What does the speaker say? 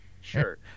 Sure